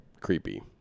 creepy